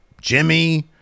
Jimmy